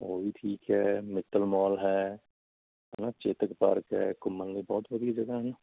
ਉਹ ਵੀ ਠੀਕ ਹੈ ਮਿੱਤਲ ਮੋਲ ਹੈ ਹੈ ਨਾ ਚੇਤਕ ਪਾਰਕ ਹੈ ਘੁੰਮਣ ਲਈ ਬਹੁਤ ਵਧੀਆ ਜਗ੍ਹਾ ਨੇ